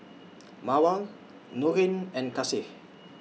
Mawar Nurin and Kasih